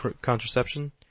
contraception